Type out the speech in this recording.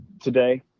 today